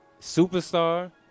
superstar